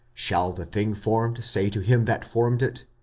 shall the thing formed say to him that formed it,